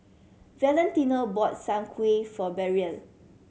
Valentino bought soon kway for Braelyn